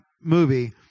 movie